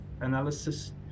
analysis